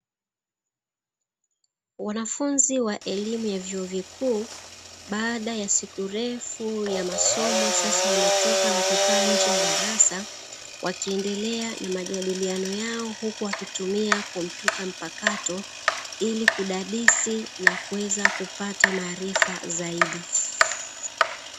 Wanafunzi wa elimu ya vyuo vikuu, baada ya siku refu ya masomo, sasa wametoka na kukaa nje ya darasa wakindelea na majadiliano yao huku wakitumia kompyuta mpakato, ili kudadisi na kuweza kupata maarifa zaidi.